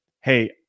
Hey